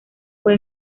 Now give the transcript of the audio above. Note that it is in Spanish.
fue